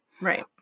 Right